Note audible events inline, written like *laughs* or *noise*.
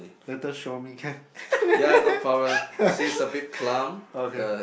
later show me can *laughs* okay